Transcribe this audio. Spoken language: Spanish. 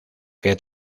que